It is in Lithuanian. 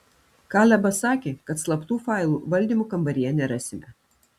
kalebas sakė kad slaptų failų valdymo kambaryje nerasime